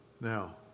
now